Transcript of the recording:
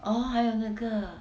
oh 还有那个